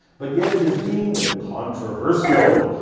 but yet it is deemed controversial.